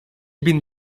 bin